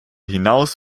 hinaus